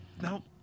No